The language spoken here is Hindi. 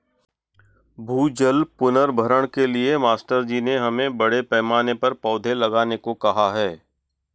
भूजल पुनर्भरण के लिए मास्टर जी ने हमें बड़े पैमाने पर पौधे लगाने को कहा है